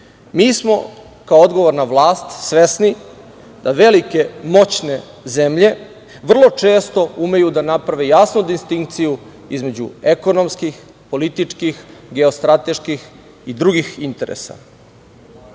mi smo kao odgovorna vlast svesni da velike, moćne zemlje vrlo često umeju da naprave jasnu distinkciju između ekonomskih, političkih, geostrateških i drugih interesa. To